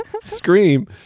scream